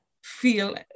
feel